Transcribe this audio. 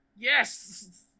Yes